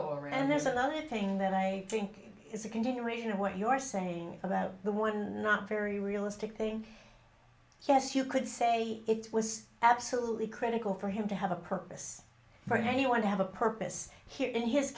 daughter and there's another thing that i think is a continuation of what your saying about the one not very realistic thing yes you could say it was absolutely critical for him to have a purpose for anyone to have a purpose here in his